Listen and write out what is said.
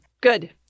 good